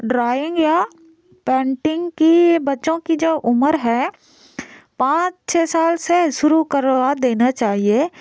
drawing या painting की बच्चों की जो उम्र है पाँच छः साल से शुरू करवा देना चाहिए